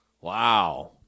Wow